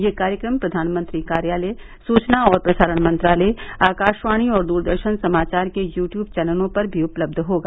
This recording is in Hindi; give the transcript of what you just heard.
यह कार्यक्रम प्रधानमंत्री कार्यालय सूचना और प्रसारण मंत्रालय आकाशवाणी और दूरदर्शन समाचार के यू ट्यूब चैनलों पर भी उपलब्ध होगा